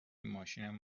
ماشینم